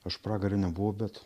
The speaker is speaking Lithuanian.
aš pragare nebuvau bet